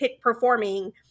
performing